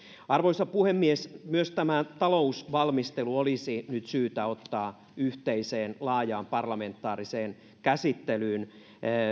arvoisa puhemies myös tämä talousvalmistelu olisi nyt syytä ottaa yhteiseen laajaan parlamentaariseen käsittelyyn